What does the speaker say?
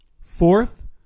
Fourth